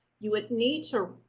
you would need to, ah,